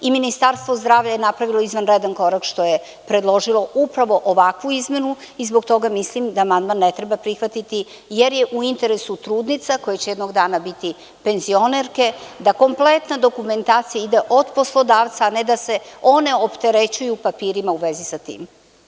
Ministarstvo zdravlja je napravilo izvanredan korak što je predložilo upravo ovakvu izmenu i zbog toga mislim da amandman ne treba prihvatiti, jer je u interesu trudnica koje će jednog dana biti penzionerke da kompletna dokumentacija ide od poslodavca, a ne da se one opterećuju papirima u vezi sa tim.